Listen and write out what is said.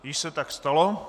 Již se tak stalo.